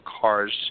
cars